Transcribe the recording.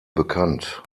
bekannt